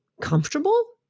comfortable